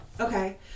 Okay